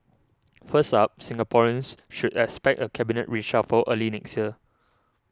first up Singaporeans should expect a Cabinet reshuffle early next year